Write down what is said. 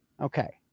Okay